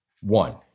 One